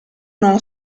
non